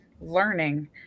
learning